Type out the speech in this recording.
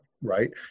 right